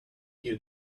you